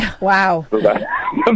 Wow